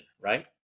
right